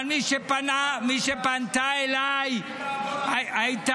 -- אבל מי שפנתה אליי הייתה